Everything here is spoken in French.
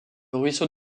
ruisseau